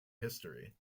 history